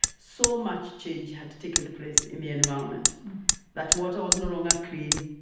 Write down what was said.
so much change had taken place in the and environment that water was no longer clean,